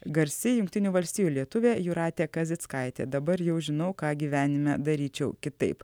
garsi jungtinių valstijų lietuvė jūratė kazickaitė dabar jau žinau ką gyvenime daryčiau kitaip